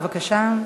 בבקשה,